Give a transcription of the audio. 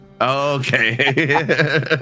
Okay